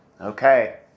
Okay